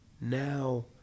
Now